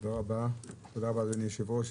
תודה רבה, אדוני היושב-ראש.